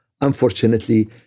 Unfortunately